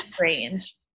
range